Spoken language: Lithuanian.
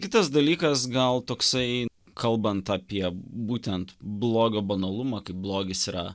kitas dalykas gal toksai kalbant apie būtent blogio banalumą kaip blogis yra